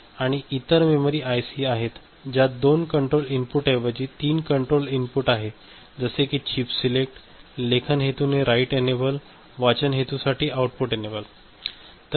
आणि इतर memory IC आहेत ज्यात 2 कंट्रोल इनपुट ऐवजी 3 कंट्रोल इनपुट आहे जसे कि चिप सिलेक्ट लेखन हेतूने राईट एनेबल वाचन हेतूसाठी आउटपुट एनेबल हे आहे